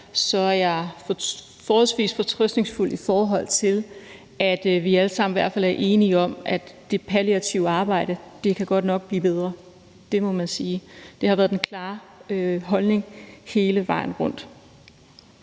var der, forholdsvis fortrøstningsfuld, med hensyn til at vi alle sammen i hvert fald er enige om, at det palliative arbejde godt nok kunne blive bedre – det må man sige. Det har været den klare holdning hele vejen rundt.